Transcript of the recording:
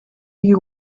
you